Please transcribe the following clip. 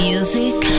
Music